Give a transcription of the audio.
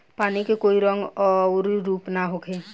पानी के कोई रंग अउर रूप ना होखें